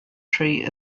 tree